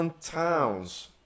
towns